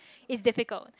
it's difficult